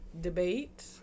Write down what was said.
debate